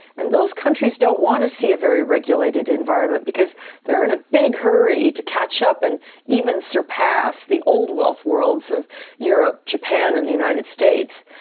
and those countries don't want to see a very regulated environment because they are in a big hurry to catch up and even surpass the old wealth worlds of europe, japan and the united states.